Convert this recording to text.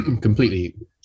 completely